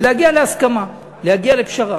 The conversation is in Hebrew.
ולהגיע להסכמה, להגיע לפשרה.